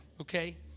Okay